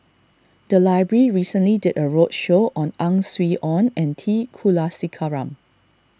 the library recently did a roadshow on Ang Swee Aun and T Kulasekaram